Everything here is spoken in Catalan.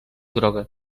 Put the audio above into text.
groga